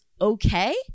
okay